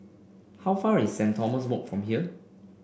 how far away is St Thomas Walk from here